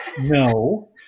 no